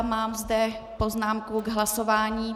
Mám zde poznámku k hlasování.